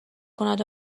کند